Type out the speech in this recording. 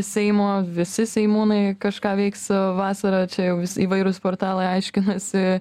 seimo visi seimūnai kažką veiks vasarą čia jau vis įvairūs portalai aiškinasi